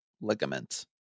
ligament